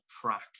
track